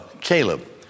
Caleb